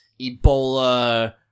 Ebola